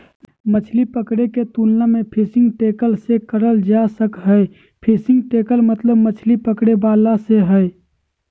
मछली पकड़े के तुलना फिशिंग टैकल से करल जा सक हई, फिशिंग टैकल मतलब मछली पकड़े वाला से हई